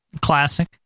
Classic